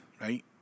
right